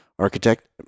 architect